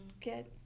get